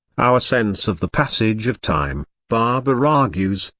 our sense of the passage of time, barbour argues,